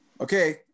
okay